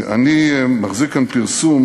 אני מחזיק כאן פרסום